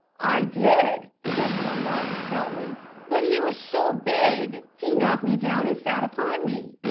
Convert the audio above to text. i did, said young robin stoutly but he was so big, he knocked me down and sat upon me.